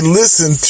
listen